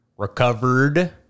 Recovered